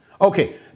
Okay